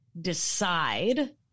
decide